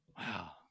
Wow